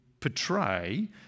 Portray